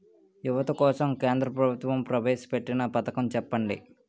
యువత కోసం కేంద్ర ప్రభుత్వం ప్రవేశ పెట్టిన పథకం చెప్పండి?